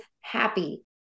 happy